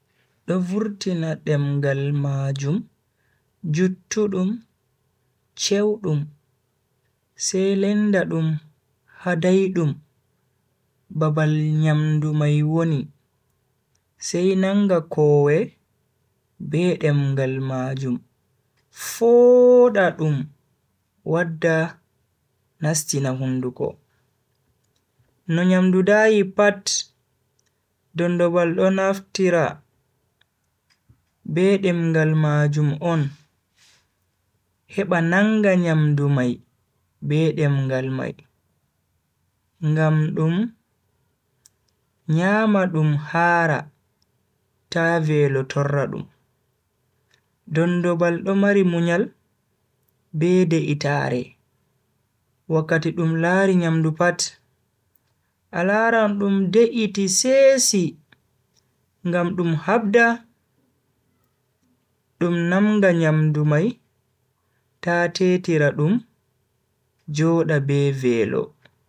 Do vurtina demngal majum juttudum, chewdum sai lenda dum ha daidum babal nyamdu mai woni sai nanga koowe be demngal majum fooda dum wadda nastina hunduko. No nyamdu daayi pat, dondobal do naftira be demngal majum on heba nanga nyamdu mai be demngal mai ngam dum nyama dum haara ta velo torra dum. dondombal do mari munyal be de'itaare wakkati dum laari nyamdu pat, a laran dum de'iti sesi ngam dum habda dum nanga nyamdu mai ta tetira dum joda be velo.